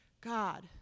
God